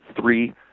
three